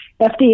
FDA